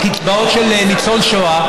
על קצבאות של ניצול שואה,